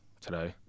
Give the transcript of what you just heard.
today